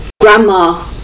grandma